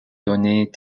données